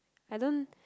I don't